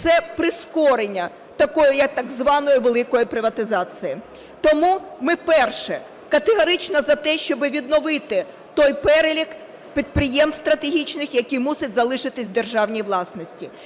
це прискорення такої як так званої великої приватизації. Тому ми, перше, категорично за те, щоб відновити той перелік підприємств стратегічних, які мусять залишитись в державній власності.